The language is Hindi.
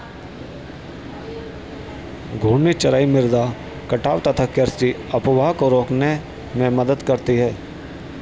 घूर्णी चराई मृदा कटाव तथा कृषि अपवाह को रोकने में मदद करती है